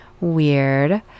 weird